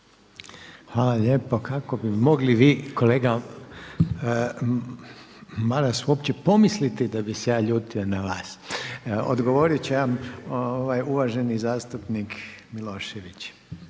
Hvala lijepo. Kako bi mogli vi kolega Maras uopće pomisliti da bi se ja ljutio na vas. Odgovorit će vam uvaženi zastupnik Milošević.